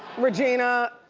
regina,